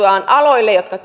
aloille jotka